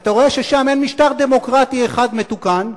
ואתה רואה ששם אין משטר דמוקרטי אחד מתוקן,